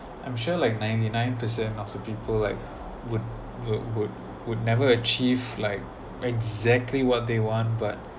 I'm sure like ninety nine percent of the people like would would would would never achieve like exactly what they want but